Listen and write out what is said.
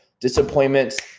disappointments